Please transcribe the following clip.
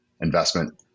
investment